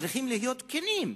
צריכים להיות כנים.